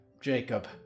Jacob